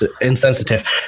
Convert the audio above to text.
insensitive